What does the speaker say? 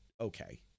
Okay